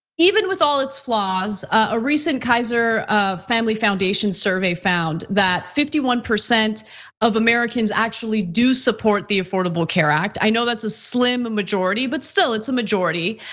even with all its flaws, a recent kaiser family foundation survey found that fifty one percent of americans actually do support the affordable care act. i know that's a slim majority, but still, it's a majority.